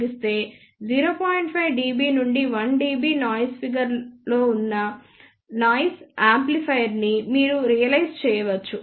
5 dB నుండి 1 dB noise figure ఉన్న లో నాయిస్ యాంప్లిఫైయర్ ని మీరు రియలైజ్ చేయవచ్చు